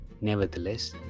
Nevertheless